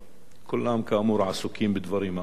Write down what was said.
כולם, כאמור, עסוקים בדברים האחרים,